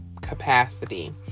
capacity